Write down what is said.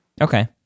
Okay